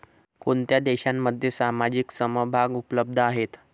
कोणत्या देशांमध्ये सामायिक समभाग उपलब्ध आहेत?